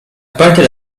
pointed